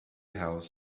house